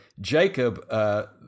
Jacob –